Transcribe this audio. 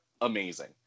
amazing